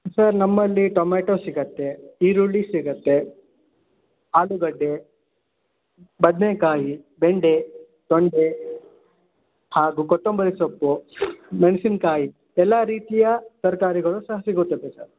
sir ನಮ್ಮಲ್ಲಿ tomato ಸಿಗುತ್ತೆ ಈರುಳ್ಳಿ ಸಿಗುತ್ತೆ ಆಲೂಗಡ್ಡೆ ಬದನೆಕಾಯಿ ಬೆಂಡೆ ತೊಂಡೆ ಹಾಗೂ ಕೊತ್ತಂಬರಿ ಸೊಪ್ಪು ಮೆಣಸಿನ್ಕಾಯಿ ಎಲ್ಲ ರೀತಿಯ ತರಕಾರಿಗಳು ಸಹ ಸಿಗುತ್ತದೆ ಸರ್